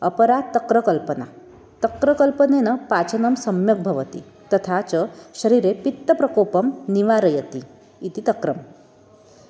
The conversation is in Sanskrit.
अपरा तक्रकल्पना तक्रकल्पनेन पाचनं सम्यक् भवति तथा च शरीरे पित्तप्रकोपं निवारयति इति तक्रम्